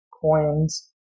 coins